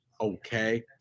okay